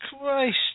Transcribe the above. Christ